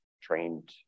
trained